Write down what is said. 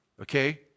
okay